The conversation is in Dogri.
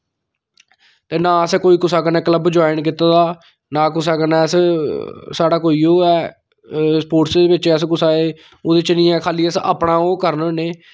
ते ना अस कुसा कन्नै कोई क्लब जाइन कीते दा ना कुसै कन्नै अस साढ़ा कोई ओह् ऐ स्पोर्ट च अस कुसै ओह्दे च निं ऐ खाली अस अपना ओह् करने होन्ने